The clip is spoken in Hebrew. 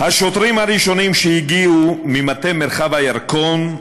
"השוטרים הראשונים שהגיעו ממטה מרחב ירקון,